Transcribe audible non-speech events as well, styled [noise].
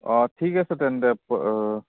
অঁ ঠিক আছে তেন্তে [unintelligible]